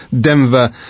Denver